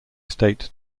state